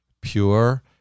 pure